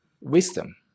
wisdom